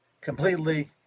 completely